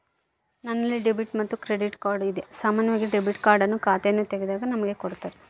ನನ್ನಲ್ಲಿ ಡೆಬಿಟ್ ಮತ್ತೆ credit card ಇದೆ, ಸಾಮಾನ್ಯವಾಗಿ ಡೆಬಿಟ್ ಕಾರ್ಡ್ ಅನ್ನು ಖಾತೆಯನ್ನು ತೆಗೆದಾಗ ನಮಗೆ ಕೊಡುತ್ತಾರ